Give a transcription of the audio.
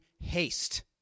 haste